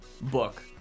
book